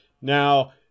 Now